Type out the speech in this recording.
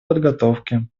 подготовки